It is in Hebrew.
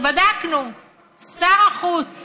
כשבדקנו אם שר החוץ